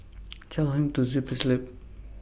tell him to zip his lip